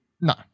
No